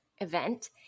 event